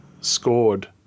scored